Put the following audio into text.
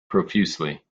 profusely